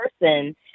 person